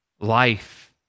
life